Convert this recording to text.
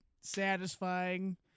satisfying